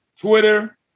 Twitter